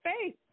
faith